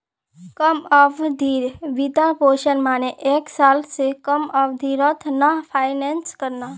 कम अवधिर वित्तपोषण माने एक साल स कम अवधिर त न फाइनेंस करना